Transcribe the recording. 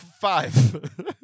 five